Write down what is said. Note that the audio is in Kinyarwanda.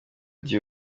dieu